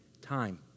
time